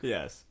Yes